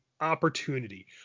opportunity